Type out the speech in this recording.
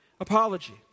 apology